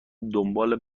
دنبال